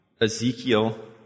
Ezekiel